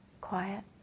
quiet